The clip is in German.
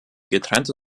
getrennte